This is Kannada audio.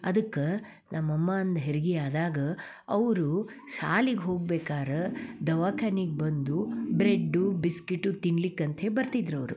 ಅದಕ್ಕೆ ನಮ್ಮ ಅಮ್ಮಂದು ಹೆರ್ಗೆ ಆದಾಗ ಅವರು ಶಾಲಿಗೆ ಹೋಗ್ಬೆಕಾರೆ ದವಾಖಾನಿಗೆ ಬಂದು ಬ್ರೆಡ್ಡು ಬಿಸ್ಕಿಟು ತಿನ್ಲಿಕ್ಕೆ ಅಂತ್ಹೇಳಿ ಬರ್ತಿದ್ರು ಅವರು